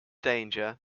danger